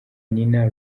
nina